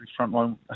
frontline